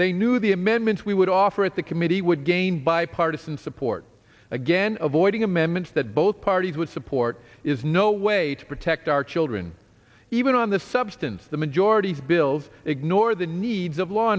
they knew the amendments we would offer at the committee would gain bipartisan support again avoiding amendments that both parties would support is no way to protect our children even on the substance the majority's bills ignore the needs of law